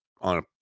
on